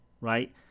right